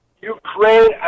Ukraine